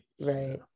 Right